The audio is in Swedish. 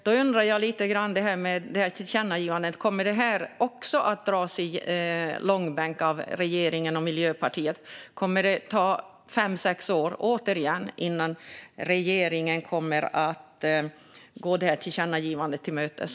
Då undrar jag lite apropå tillkännagivandet: Kommer också detta att dras i långbänk av regeringen och Miljöpartiet? Kommer det återigen att ta fem eller sex år innan regeringen går tillkännagivandet till mötes?